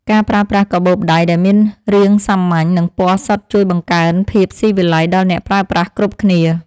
ការប្រើប្រាស់កាបូបដៃដែលមានរាងសាមញ្ញ និងពណ៌សុទ្ធជួយបង្កើនភាពស៊ីវិល័យដល់អ្នកប្រើប្រាស់គ្រប់គ្នា។